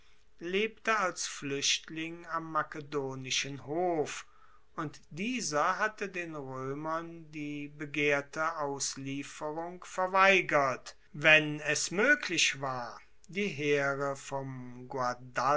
lebte als fluechtling am makedonischen hof und dieser hatte den roemern die begehrte auslieferung verweigert wenn es moeglich war die heere vom